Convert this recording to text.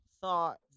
thought